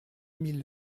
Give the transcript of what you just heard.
mille